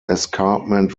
escarpment